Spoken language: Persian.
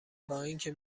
بااینکه